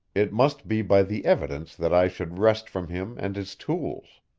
it must be by the evidence that i should wrest from him and his tools.